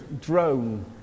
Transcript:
drone